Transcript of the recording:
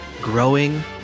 growing